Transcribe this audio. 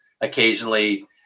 occasionally